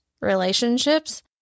relationships